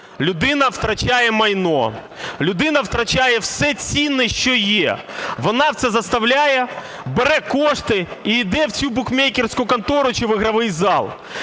людина втрачає майно, людина втрачає все цінне, що є, вона це заставляє, бере кошти і йде в цю букмекерську контору чи в ігровий зал.